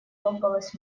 лопалась